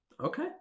Okay